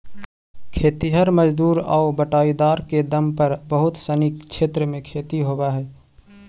खेतिहर मजदूर आउ बटाईदार के दम पर बहुत सनी क्षेत्र में खेती होवऽ हइ